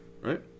right